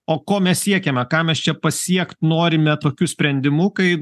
o ko mes siekiame ką mes čia pasiekt norime tokiu sprendimu kai